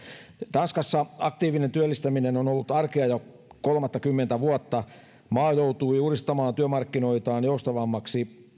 tanskassa aktiivinen työllistäminen on ollut arkea jo kolmattakymmentä vuotta maa joutui uudistamaan työmarkkinoitaan joustavammiksi